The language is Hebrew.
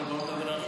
צריך להגן על,